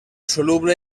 soluble